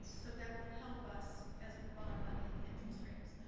so that will help us as we bond money and the interest rates.